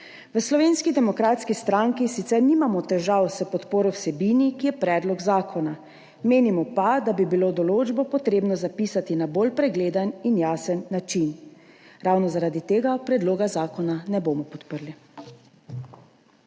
V Slovenski demokratski stranki sicer nimamo težav s podporo vsebini, ki je predlog zakona. Menimo pa, da bi bilo določbo treba zapisati na bolj pregleden in jasen način. Ravno zaradi tega predloga zakona ne bomo podprli.